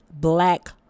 Black